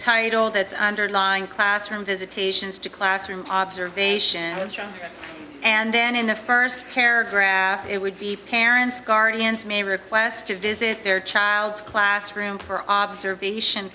title that underlying classroom visitations to classroom observation was wrong and then in the first paragraph it would be parents guardians may request to visit their child's classroom for observation